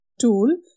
tool